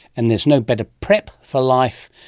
and there's no better prep for life,